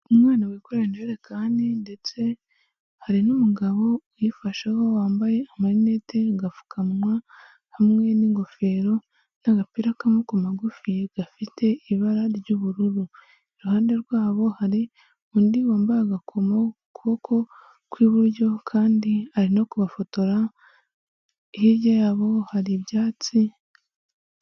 Umwana wikoreye injerekani ndetse hari n'umugabo uyifasheho wambaye amarinete, agapfukamunwa hamwe n'ingofero n'agapira k'amaboko magufi gafite ibara ry'ubururu, iruhande rwabo hari undi wambaye agakomo ku kuboko kw'iburyo kandi ari no kubafotora hirya yabo hari ibyatsi.